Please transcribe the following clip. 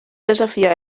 desafiar